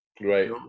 Right